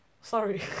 Sorry